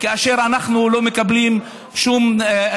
כאשר אנחנו לא מקבלים שום שוויון,